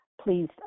Please